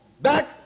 back